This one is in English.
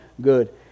good